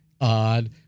odd